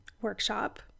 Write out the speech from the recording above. workshop